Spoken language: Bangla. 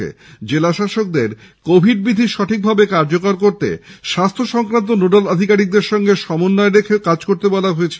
এই রিপোর্ট পাওয়ার পর জেলাশাসকদের কোভিড বিধি সঠিকভাবে কার্যকর করতে স্বাস্থ্য সংক্রান্ত নোডাল আধিকারিকের সঙ্গে সমন্বয় রেখে কাজ করতে বলা হয়েছে